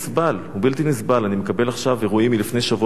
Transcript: אני מקבל עכשיו אירועים מלפני שבוע בבית-חנינא: